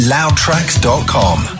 LoudTracks.com